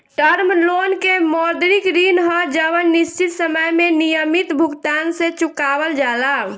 term loan के मौद्रिक ऋण ह जवन निश्चित समय में नियमित भुगतान से चुकावल जाला